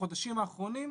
בחודשים האחרונים,